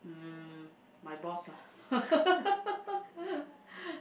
hmm my boss lah